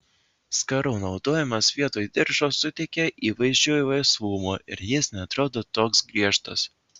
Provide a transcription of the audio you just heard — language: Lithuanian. skarų naudojimas vietoj diržo suteikia įvaizdžiui laisvumo ir jis neatrodo toks griežtas